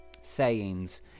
sayings